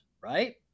right